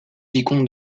vicomtes